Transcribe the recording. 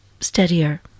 steadier